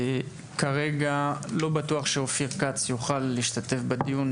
כרגע לא בטוח שאופיר כץ יוכל להשתתף בדיון,